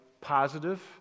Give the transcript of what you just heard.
positive